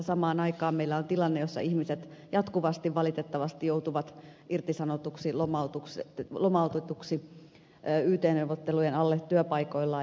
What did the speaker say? samaan aikaan meillä on tilanne jossa ihmiset jatkuvasti valitettavasti joutuvat irtisanotuiksi lomautetuiksi yt neuvottelujen alle työpaikoillaan